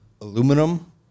aluminum